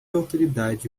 autoridade